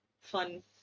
fun